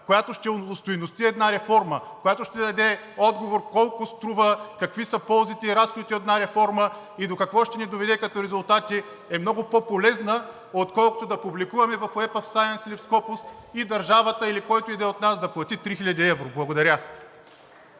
която ще остойности една реформа, която ще даде отговор колко струва, какви са ползите и разходите от една реформа и до какво ще ни доведе като резултати, е много по полезна, отколкото да публикуваме в Web of Science and SCOPUS и държавата или който и да е от нас да плати 3000 евро. Благодаря.